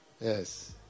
Yes